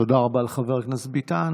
תודה רבה לחבר הכנסת ביטן.